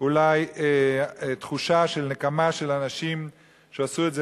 אולי תחושה של נקמה של אנשים שעשו את זה